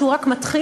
שהוא רק מתחיל,